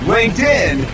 LinkedIn